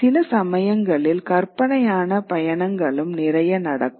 சில சமயங்களில் கற்பனையான பயணங்களும் நிறைய நடக்கும்